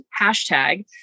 hashtag